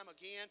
again